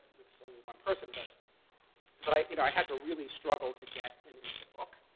it's only one person, but but i you know i had to really struggle to get him into the book.